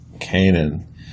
Canaan